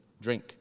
drink